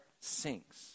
sinks